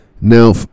Now